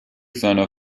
seiner